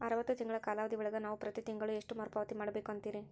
ಅರವತ್ತು ತಿಂಗಳ ಕಾಲಾವಧಿ ಒಳಗ ನಾವು ಪ್ರತಿ ತಿಂಗಳು ಎಷ್ಟು ಮರುಪಾವತಿ ಮಾಡಬೇಕು ಅಂತೇರಿ?